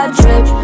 drip